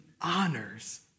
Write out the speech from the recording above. honors